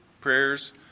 prayers